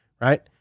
right